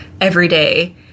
everyday